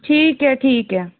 ठीक है ठीक है